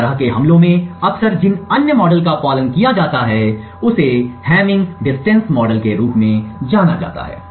इस तरह के हमलों में अक्सर जिस अन्य मॉडल का पालन किया जाता है उसे हैमिंग डिस्टेंस मॉडल के रूप में जाना जाता है